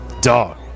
Dog